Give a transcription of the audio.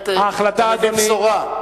ובאמת אתה מביא בשורה.